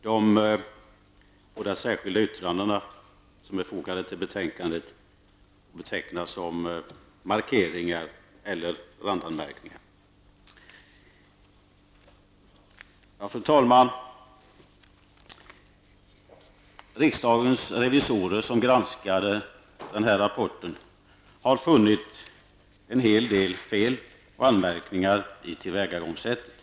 De båda särskilda yttranden som är fogade till betänkandet betecknas som markeringar eller randanmärkningar. Fru talman! Rikdagens revisorer, som granskat rapporten, har funnit en hel del fel att anmärka på i fråga om tillvägagångssättet.